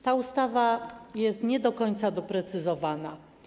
Ta ustawa jest nie do końca doprecyzowana.